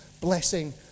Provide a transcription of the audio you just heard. blessing